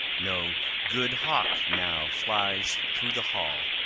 no good hawk now flies through the hall!